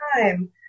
time